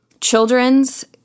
children's